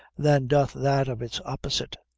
than doth that of its opposite,